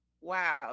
wow